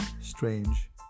strange